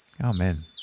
Amen